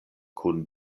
kun